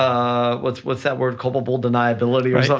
um what's what's that word? culpable deniability or so.